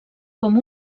com